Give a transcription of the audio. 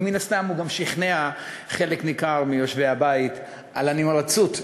ומן הסתם הוא גם שכנע חלק ניכר מיושבי הבית על הנמרצות,